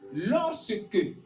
Lorsque